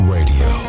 Radio